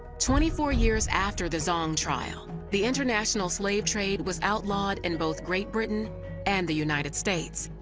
twenty four years after the zong trial, the international slave trade was outlawed in both great britain and the united states.